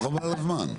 חבל על הזמן.